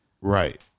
Right